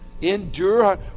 endure